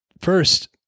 First